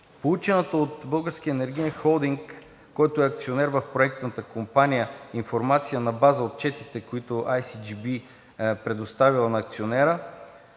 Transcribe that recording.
Получената от Българския енергиен холдинг, който е акционер в проектната компания, информация на база отчетите, които „Ай Си Джи Би“ е предоставила на акционера,